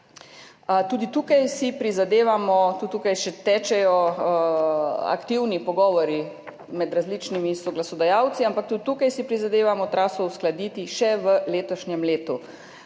vsa zemljišča. Tudi tukaj še tečejo aktivni pogovori med različnimi soglasodajalci, ampak tudi tukaj si prizadevamo traso uskladiti še v letošnjem letu.